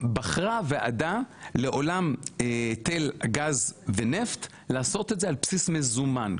בחרה הוועדה לעולם היטל גז ונפט לעשות את זה על בסיס מזומן,